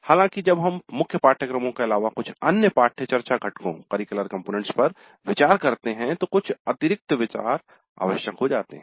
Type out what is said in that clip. हालाँकि जब हम मुख्य पाठ्यक्रमों के अलावा अन्य पाठ्यचर्या घटकों पर विचार करते हैं तो कुछ अतिरिक्त विचार आवश्यक हो जाते हैं